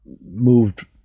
moved